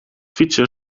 fietser